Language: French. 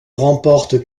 remporte